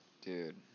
dude